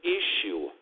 issue